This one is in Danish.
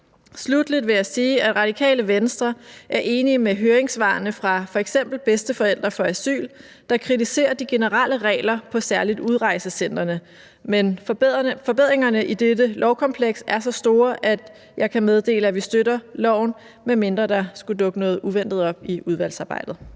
Sluttelig vil jeg sige, at Radikale Venstre er enige med høringssvaret fra f.eks. Bedsteforældre for Asyl, der kritiserer de generelle regler på særlig udrejsecentrene, men forbedringerne i dette lovkompleks er så store, at jeg kan meddele, at vi støtter lovforslaget, medmindre der skulle dukke noget uventet op i udvalgsarbejdet.